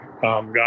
Got